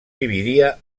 dividia